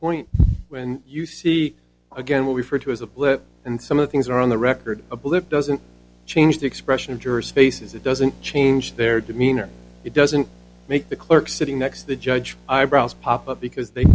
point when you see again what we've heard was a blip and some of things are on the record a blip doesn't change the expression of jurors faces it doesn't change their demeanor it doesn't make the clerk sitting next to the judge eyebrows pop up because they